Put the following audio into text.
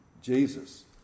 Jesus